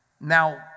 Now